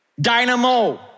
dynamo